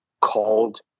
called